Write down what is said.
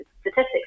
statistics